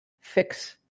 fix